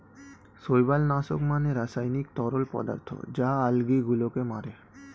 শৈবাল নাশক মানে রাসায়নিক তরল পদার্থ যা আলগী গুলোকে মারে